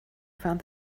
found